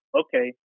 Okay